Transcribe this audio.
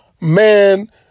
man